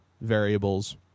variables